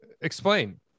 explain